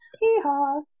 hee-haw